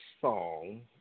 song